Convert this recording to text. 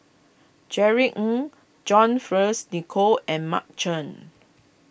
Jerry Ng John Fearns Nicoll and Mark Chan